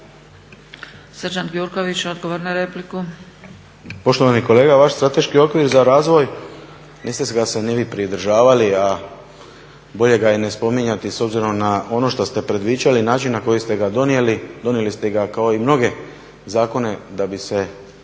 **Gjurković, Srđan (HNS)** Poštovani kolega, vaš strateški okvir za razvoj, niste ga se ni vi pridržavali, a bolje ga je i ne spominjati s obzirom na ono što ste predviđali, način na koji ste ga donijeli. Donijeli ste ga kao i mnoge zakone da bi se,